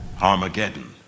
Armageddon